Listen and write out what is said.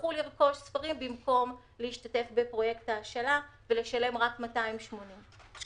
שיצטרכו לרכוש ספרים במקום להשתתף בפרויקט ההשאלה ולשלם רק 280 שקלים.